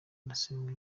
ndasenga